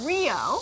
Rio